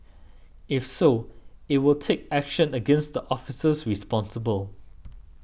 if so it will take action against the officers responsible